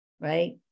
right